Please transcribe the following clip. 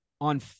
on